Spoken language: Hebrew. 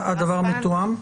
הדבר מתואם?